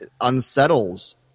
unsettles